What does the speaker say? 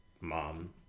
Mom